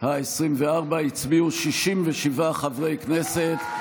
העשרים-וארבע הצביעו 67 חברי כנסת,